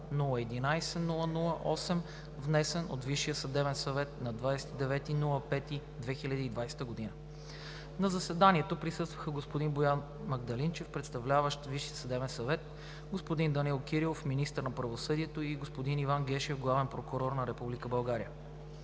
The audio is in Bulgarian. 011-00-8, внесен от Висшия съдебен съвет на 29 май 2020 г. На заседанието присъстваха: господин Боян Магдалинчев – представляващ Висшия съдебен съвет, господин Данаил Кирилов – министър на правосъдието, и господин Иван Гешев – главен прокурор на Република България.